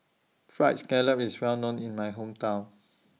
Fried Scallop IS Well known in My Hometown